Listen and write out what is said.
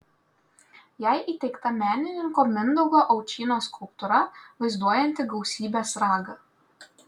jai įteikta menininko mindaugo aučynos skulptūra vaizduojanti gausybės ragą